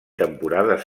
temporades